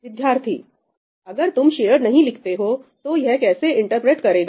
विद्यार्थी अगर तुम शेयर्ड नहीं लिखते हो तो यह कैसे इंटरप्रेट करेगा